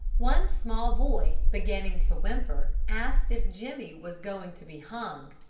one small boy, beginning to whimper, asked if jimmy was going to be hung.